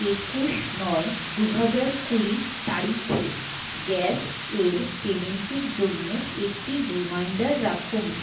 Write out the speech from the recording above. একুশ নয় দু হাজার কুড়ি তারিখে গ্যাস এর পেমেন্টটির জন্য একটি রিমাইণ্ডার রাখুন